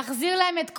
להחזיר להם את כבודם.